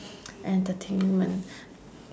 entertainment